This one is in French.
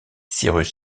cyrus